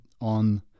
on